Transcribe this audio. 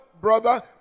brother